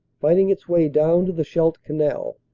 fighting its way down to the scheidt canal,